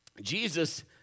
Jesus